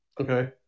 Okay